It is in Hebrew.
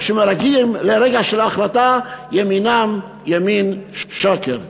וכשמגיעים לרגע של החלטה ימינם ימין שקר.